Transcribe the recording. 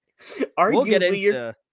Arguably